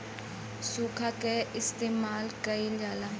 सुखा के इस्तेमाल कइल जाला